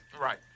Right